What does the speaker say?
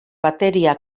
bateria